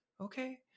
okay